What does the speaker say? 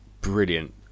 brilliant